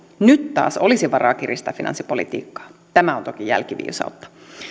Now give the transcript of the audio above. nyt taas olisi varaa kiristää finanssipolitiikkaa tämä on toki jälkiviisautta